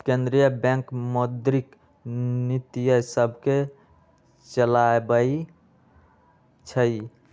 केंद्रीय बैंक मौद्रिक नीतिय सभके चलाबइ छइ